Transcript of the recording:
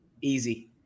easy